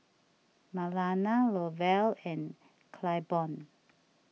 Marlana Lovell and Claiborne